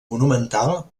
monumental